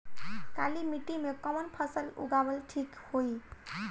काली मिट्टी में कवन फसल उगावल ठीक होई?